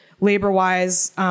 labor-wise